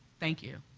thank you.